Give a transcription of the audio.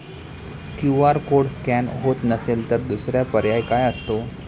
QR code scan होत नसेल तर दुसरा पर्याय काय असतो?